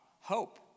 hope